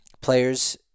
players